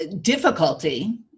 difficulty